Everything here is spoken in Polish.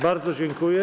Bardzo dziękuję.